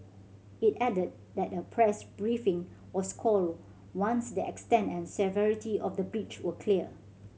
it added that a press briefing was called once the extent and severity of the breach were clear